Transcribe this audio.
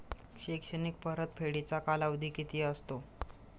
शैक्षणिक परतफेडीचा कालावधी किती असतो?